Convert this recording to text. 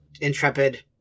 intrepid